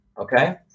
okay